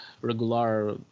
regular